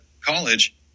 college